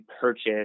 purchase